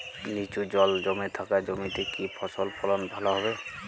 নিচু জল জমে থাকা জমিতে কি ফসল ফলন ভালো হবে?